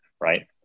right